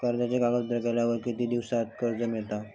कर्जाचे कागदपत्र केल्यावर किती दिवसात कर्ज मिळता?